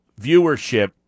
viewership